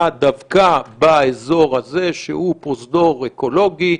דווקא באזור הזה שהוא פרוזדור אקולוגי.